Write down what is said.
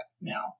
now